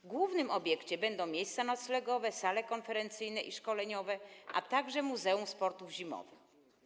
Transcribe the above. W głównym obiekcie będą miejsca noclegowe, sale konferencyjne i szkoleniowe, a także muzeum sportów zimowych.